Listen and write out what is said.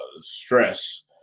stress